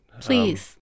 Please